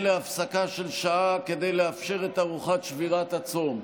להפסקה של שעה כדי לאפשר את ארוחת שבירת הצום.